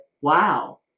wow